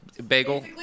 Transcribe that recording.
Bagel